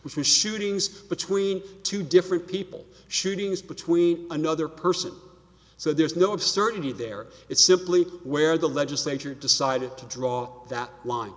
which was shootings between two different people shootings between another person so there's no of certainty there it's simply where the legislature decided to draw that line